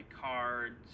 cards